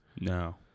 No